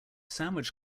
sandwich